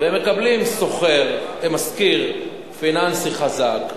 והם מקבלים שוכר משכיר פיננסי חזק,